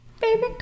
baby